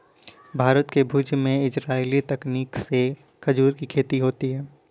भारत के भुज में इजराइली तकनीक से खजूर की खेती होती है